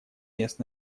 мест